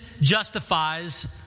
justifies